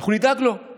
הכול בגלל בג"ץ.